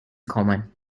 common